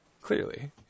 Clearly